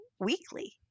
weekly